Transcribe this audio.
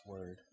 word